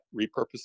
Repurpose